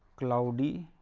cloudy,